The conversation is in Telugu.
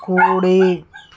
కుడి